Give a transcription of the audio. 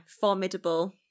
formidable